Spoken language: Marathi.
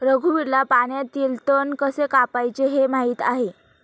रघुवीरला पाण्यातील तण कसे कापायचे हे माहित आहे